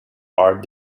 are